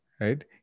right